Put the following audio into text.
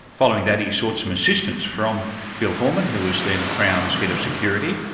following that he sought some assistance from bill horman, who was then crown's head of security,